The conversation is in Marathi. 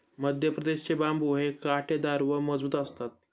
मध्यप्रदेश चे बांबु हे काटेदार व मजबूत असतात